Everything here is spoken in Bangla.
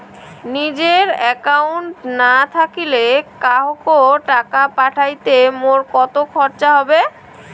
নিজের একাউন্ট না থাকিলে কাহকো টাকা পাঠাইতে মোর কতো খরচা হবে?